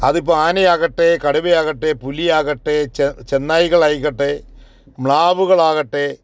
അത് ഇപ്പം ആനയാകട്ടെ കടുവയാകട്ടെ പുലിയാകട്ടെ ചെന്നായ്കൾ ആയിക്കോട്ടെ മ്ലാവുകളാകട്ടെ